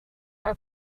are